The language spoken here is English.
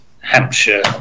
Hampshire